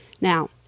Now